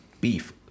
Beef